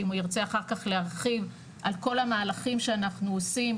שאם הוא ירצה אחר כך להרחיב על כל המהלכים שאנחנו עושים,